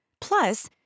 Plus